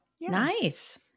Nice